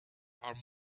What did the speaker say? are